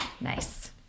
Nice